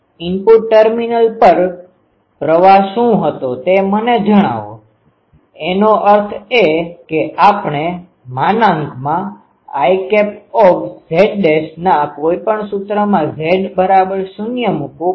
input terminal પર પ્રવાહ શું હતો તે મને જણાવો એનો અર્થ એ કે આપણે IZના કોઈપણ સૂત્રમાં z0 મૂકવું પડશે